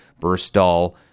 Burstall